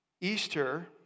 Easter